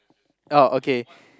oh okay